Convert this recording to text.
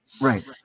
Right